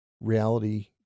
reality